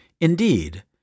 Indeed